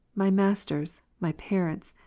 my masters, my parents,